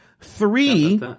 Three